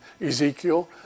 Ezekiel